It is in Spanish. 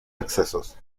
accesos